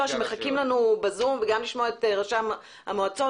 שמחכים לנו בזום וגם לשמוע את ראשי המועצות.